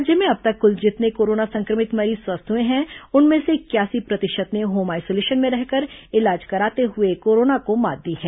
राज्य में अब तक कुल जितने कोरोना संक्रमित मरीज स्वस्थ हुए हैं उनमें से इकयासी प्रतिशत ने होम आइसोलेशन में रहकर इलाज कराते हुए कोरोना को मात दी है